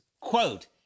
quote